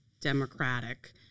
democratic